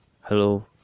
hello